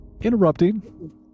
interrupting